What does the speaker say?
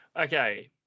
Okay